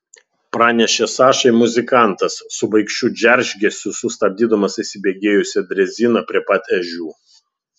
pranešė sašai muzikantas su baikščių džeržgesiu sustabdydamas įsibėgėjusią dreziną prie pat ežių